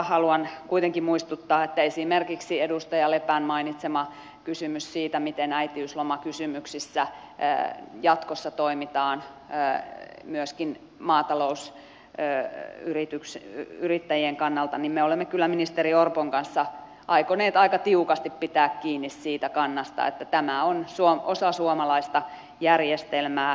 haluan kuitenkin muistuttaa kun esimerkiksi edustaja leppä mainitsi kysymyksen siitä miten äitiyslomakysymyksissä jatkossa toimitaan myöskin maatalousyrittäjien kannalta että me olemme kyllä ministeri orpon kanssa aikoneet aika tiukasti pitää kiinni siitä kannasta että tämä on osa suomalaista järjestelmää